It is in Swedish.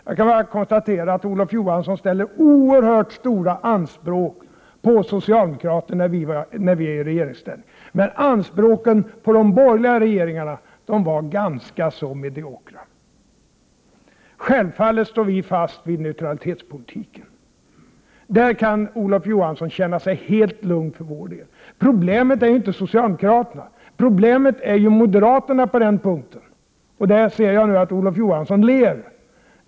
Jag kan bara konstatera att Olof Johansson ställer oerhört stora anspråk på oss socialdemokrater när vi är i regeringsställning. Men anspråken på de borgerliga regeringarna var ganska mediokra. Självfallet står vi fast vid neutralitetspolitiken. I fråga om detta kan Olof Johansson känna sig helt lugn. På den punkten är det inte socialdemokraterna som utgör problemet utan moderaterna. Jag ser att Olof Johansson nu ler.